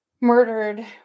murdered